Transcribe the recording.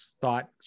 thought